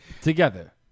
Together